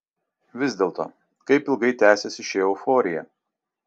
vis dėlto kaip ilgai tęsiasi ši euforija